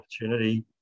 opportunity